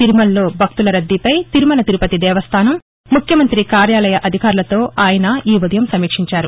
తిరుమలలో భక్తుల రద్దీపై తిరుమల తిరుపతి దేవస్థానం ముఖ్యమంత్రి కార్యాలయ అధికారులతో ఆయన ఈఉదయం సమీక్షించారు